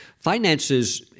Finances